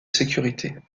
sécurité